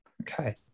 Okay